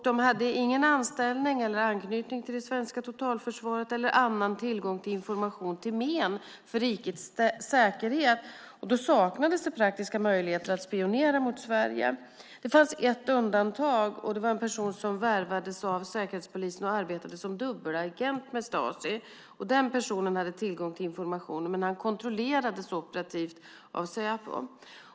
De hade ingen anställning eller anknytning till det svenska totalförsvaret eller annan tillgång till information till men för rikets säkerhet. Då saknades det praktiska möjligheter att spionera mot Sverige. Det fanns ett undantag, nämligen en person som värvades av Säkerhetspolisen och arbetade som dubbelagent med Stasi. Den personen hade tillgång till information, men han kontrollerades operativt av Säpo.